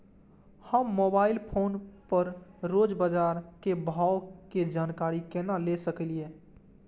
हम mobile phone पर रोज बाजार के भाव के जानकारी केना ले सकलिये?